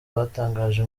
batangaje